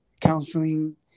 counseling